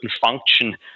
function